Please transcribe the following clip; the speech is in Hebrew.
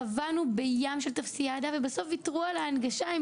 טבענו בים של טופסיאדה הם בסוף ויתרו על ההנגשה,